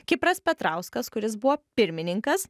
kipras petrauskas kuris buvo pirmininkas